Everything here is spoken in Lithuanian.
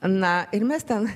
na ir mes ten